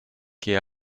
che